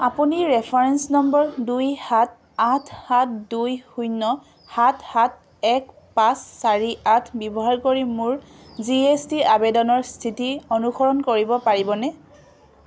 আপুনি reference number দুই সাত আঠ সাত দুই শূন্য সাত সাত এক পাঁচ চাৰি আঠ ব্যৱহাৰ কৰি মোৰ জি এছ টি আবেদনৰ স্থিতি অনুসৰণ কৰিব পাৰিবনে